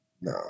No